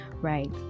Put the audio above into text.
right